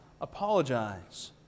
apologize